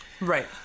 Right